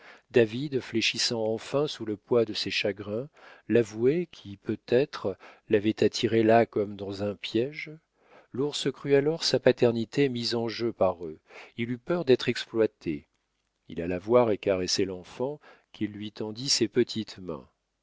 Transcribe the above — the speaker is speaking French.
david fléchissant enfin sous le poids de ses chagrins l'avoué qui peut-être l'avait attiré là comme dans un piége l'ours crut alors sa paternité mise en jeu par eux il eut peur d'être exploité il alla voir et caresser l'enfant qui lui tendit ses petites mains